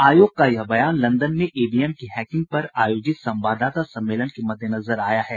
आयोग का यह बयान लंदन में ईवीएम की हैकिंग पर आयोजित संवाददाता सम्मेलन के मद्देनजर आया है